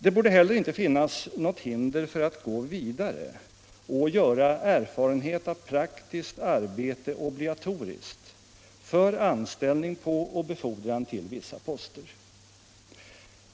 Det borde heller inte finnas något hinder för att gå vidare och göra erfarenhet av praktiskt arbete obligatorisk för anställning på och befordran till vissa poster.